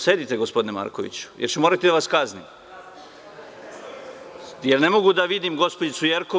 Sedite gospodine Markoviću jer ću morati da vas kaznim. (Jovan Marković, s mesta: Zašto?) Jer ne mogu da vidim gospođicu Jerkov.